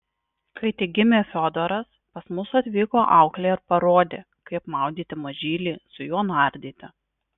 kai tik gimė fiodoras pas mus atvyko auklė ir parodė kaip maudyti mažylį su juo nardyti